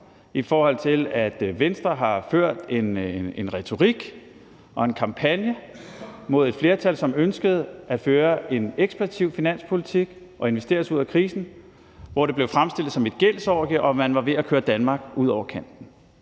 Venstre, når at Venstre har ført en retorik og en kampagne mod et flertal, som ønskede at føre en ekspansiv finanspolitik og investere os ud af krisen, hvor det blev fremstillet, som om det var et gældsorgie og man var ved at køre Danmark ud over kanten.